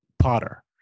Potter